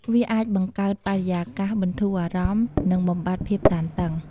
វាអាចបង្កើតបរិយាកាសបន្ធូរអារម្មណ៍ និងបំបាត់ភាពតានតឹង។